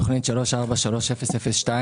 תוכנית 34-3002: